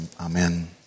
Amen